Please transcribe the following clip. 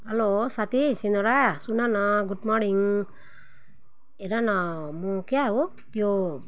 hello साथी सिलोरा सुन न गुड मर्डिङ हेर न म क्या हो त्यो